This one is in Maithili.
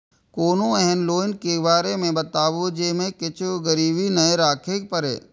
कोनो एहन लोन के बारे मे बताबु जे मे किछ गीरबी नय राखे परे?